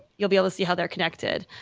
you'll be able to see how they're connected.